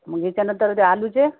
मग याच्यानंतर ते आलूचे